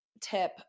tip